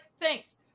thanks